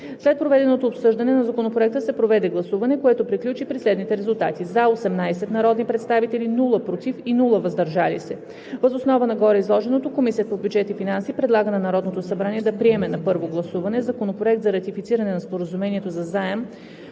След проведеното обсъждане на Законопроекта се проведе гласуване, което приключи при следните резултати: „за“ – 18 народни представители, без „против“ и „въздържал се“. Въз основа на гореизложеното Комисията по бюджет и финанси предлага на Народното събрание да приеме на първо гласуване Законопроект за ратифициране на Споразумението за заем